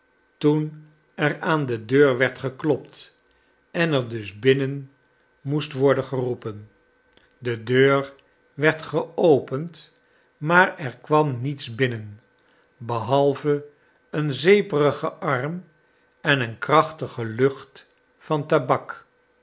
toen er aan de deur werd geklopt en er dus ibinnen moest worden geroepen de deur were geopend maar er kwam niets binnen behalve een zeeperige arm en een krachtige lucht van tabak